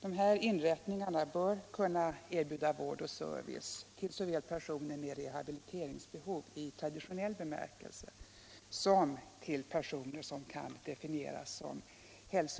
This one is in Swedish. De inrättningar det gäller bör kunna erbjuda vård och service såväl till personer med ett rehabiliteringsbehov i traditionell bemärkelse som till personer som av olika anledningar kan anses